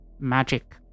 Magic